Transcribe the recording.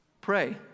pray